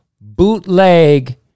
BOOTLEG